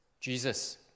Jesus